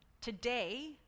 today